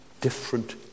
different